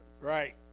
Right